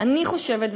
אני חושבת,